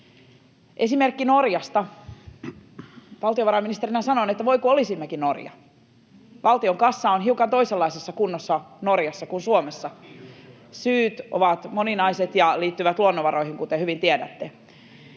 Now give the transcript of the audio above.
Esimerkki Norjasta: Valtiovarainministerinä sanon, että voi kun olisimmekin Norja. Valtion kassa on hiukan toisenlaisessa kunnossa Norjassa kuin Suomessa. [Oikealta: Minkä takia?] — Syyt ovat moninaiset ja liittyvät luonnonvaroihin, kuten hyvin tiedätte.